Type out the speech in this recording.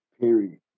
Period